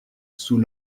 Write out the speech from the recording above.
sous